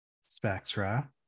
Spectra